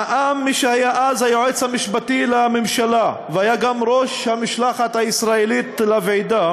בנאומו במושב הפתיחה של ועידת